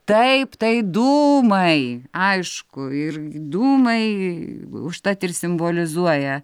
taip tai dūūmai aišku ir dūmai užtat ir simbolizuoja